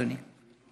אדוני.